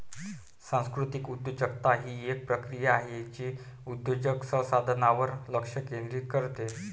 सांस्कृतिक उद्योजकता ही एक प्रक्रिया आहे जे उद्योजक संसाधनांवर लक्ष केंद्रित करते